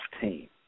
team